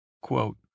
Quote